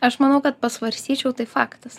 aš manau kad pasvarstyčiau tai faktas